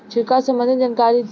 छिड़काव संबंधित जानकारी दी?